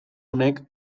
honek